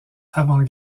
avant